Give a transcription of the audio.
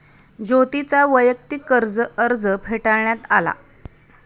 ज्योतीचा वैयक्तिक कर्ज अर्ज फेटाळण्यात आला